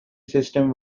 system